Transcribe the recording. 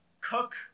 cook